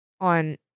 on